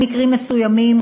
במקרים מסוימים,